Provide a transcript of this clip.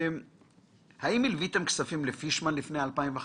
האם הלוויתם כספים לפישמן לפני 2015?